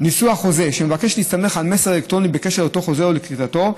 ניסוח חוזה שמבקש להסתמך על מסר אלקטרוני בקשר לאותו חוזה או לכריתתו,